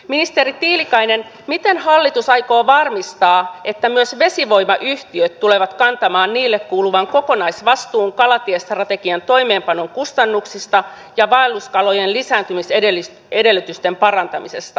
ministeri tiilikainen miten hallitus aikoo varmistaa että myös vesivoimayhtiöt tulevat kantamaan niille kuuluvan kokonaisvastuun kalatiestrategian toimeenpanon kustannuksista ja vaelluskalojen lisääntymisedellytysten parantamisesta